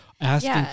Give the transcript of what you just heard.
asking